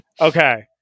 okay